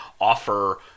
offer